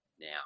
now